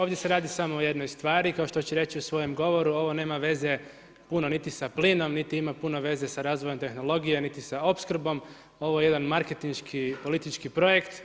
Ovdje se radi samo o jednoj stvari kao što ću reći u svojem govoru, ovo nema veze puno niti sa plinom, niti ima puno veze sa razvojem tehnologije, niti sa opskrbom, ovo je jedan marketinški politički projekt.